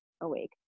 awake